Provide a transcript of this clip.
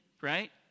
right